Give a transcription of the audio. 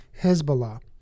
Hezbollah